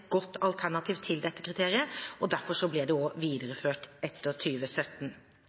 godt alternativ til dette kriteriet, og derfor ble det også videreført etter